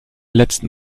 letzten